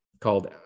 called